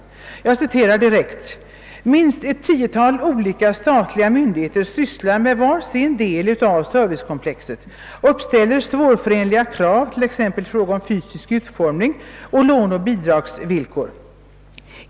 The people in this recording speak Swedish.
Jag citerar: »Minst ett 10 tal olika statliga myndigheter sysslar med var sin del av servicekomplexet, uppställer svårförenliga krav t.ex. i fråga om fysisk utformning och låneoch bidragsvillkor.